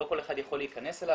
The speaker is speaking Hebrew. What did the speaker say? לא כל אחד יכול להכנס אליו,